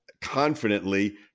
confidently